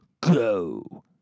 Go